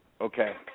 Okay